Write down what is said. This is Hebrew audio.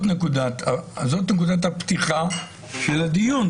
זאת נקודת הפתיחה של הדיון,